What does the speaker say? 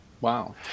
Wow